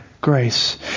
grace